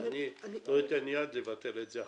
אני לא אתן יד לבטל את זה עכשיו.